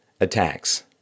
attacks